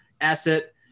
asset